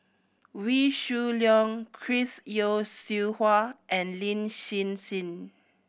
Wee Shoo Leong Chris Yeo Siew Hua and Lin Hsin Hsin